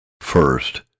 First